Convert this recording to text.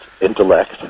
intellect